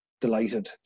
delighted